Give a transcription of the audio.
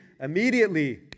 immediately